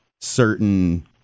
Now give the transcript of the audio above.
certain